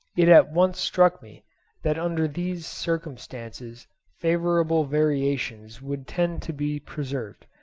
it at once struck me that under these circumstances favourable variations would tend to be preserved,